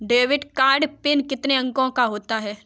Debit card pin कितने अंकों का होता है?